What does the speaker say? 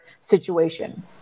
situation